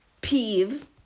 peeve